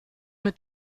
mit